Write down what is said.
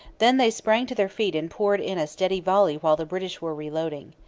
then they sprang to their feet and poured in a steady volley while the british were reloading.